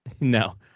No